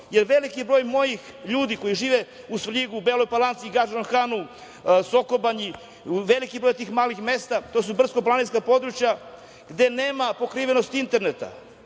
jer veliki broj mojih ljudi koji žive u Svrljigu, Beloj Palanci i Gadžinom Hanu, Sokobanji, veliki broj tih malih mesta, to su brdsko-planinska područja, nemaju pokrivenost interneta.